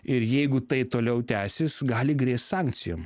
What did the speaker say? ir jeigu tai toliau tęsis gali grėst sankcijom